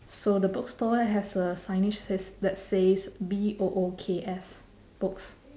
so the bookstore has a signage says that says B O O K S books